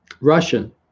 Russian